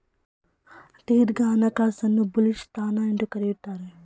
ದೀರ್ಘ ಹಣಕಾಸನ್ನು ಬುಲಿಶ್ ಸ್ಥಾನ ಎಂದು ಕರೆಯುತ್ತಾರೆ